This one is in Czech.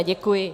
Děkuji.